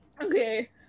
Okay